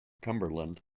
cumberland